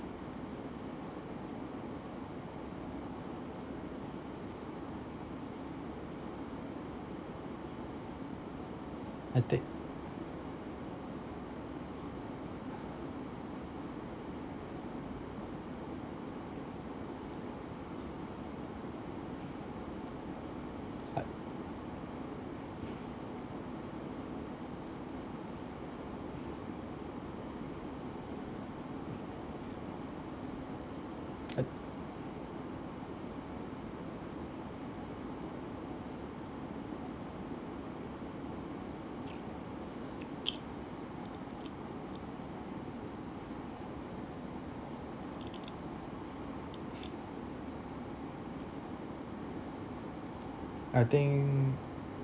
I thi~ I I I think